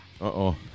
Uh-oh